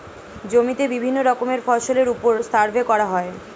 জমিতে বিভিন্ন রকমের ফসলের উপর সার্ভে করা হয়